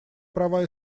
права